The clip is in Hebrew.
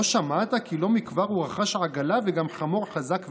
לא שמעת כי לא מכבר הוא רכש עגלה וגם חמור חזק וטוב?